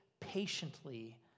patiently